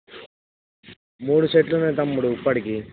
మూడు సెట్లు ఉన్నాయి తమ్ముడు ఇప్పడికి